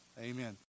Amen